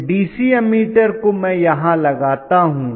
तो DC ammeter को मैं यहाँ लगाता हूं